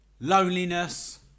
loneliness